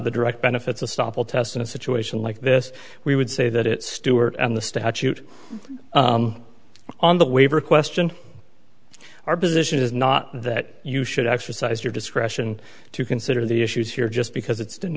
the direct benefits of stoppel test in a situation like this we would say that it stuart and the statute on the waiver question our position is not that you should exercise your discretion to consider the issues here just because it's been